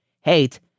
hate